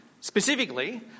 specifically